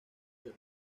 ser